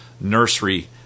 nursery